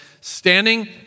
standing